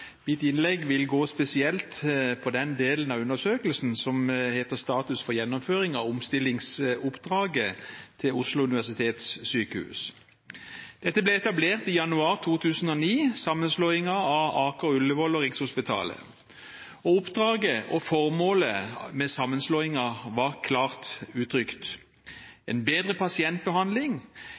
Mitt innlegg vil gå spesielt på den delen av undersøkelsen som heter Status for gjennomføring av omstillingsoppdraget til Oslo universitetssykehus HF. Dette ble etablert i januar 2009 ved sammenslåingen av Aker, Ullevål og Rikshospitalet. Oppdraget og formålet med sammenslåingen var klart uttrykt: en bedre pasientbehandling